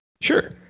Sure